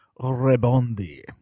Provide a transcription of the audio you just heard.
rebondi